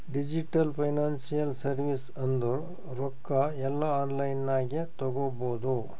digital financial service ಅಂದುರ್ ರೊಕ್ಕಾ ಎಲ್ಲಾ ಆನ್ಲೈನ್ ನಾಗೆ ತಗೋಬೋದು